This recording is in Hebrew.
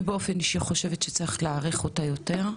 אני באופן אישי חושבת שצריך להאריך אותה יותר,